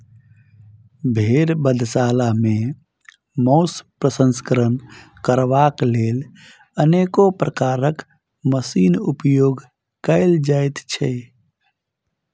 भेंड़ बधशाला मे मौंस प्रसंस्करण करबाक लेल अनेको प्रकारक मशीनक उपयोग कयल जाइत छै